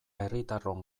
herritarron